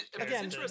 Again